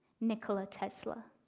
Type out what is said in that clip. nikola tesla.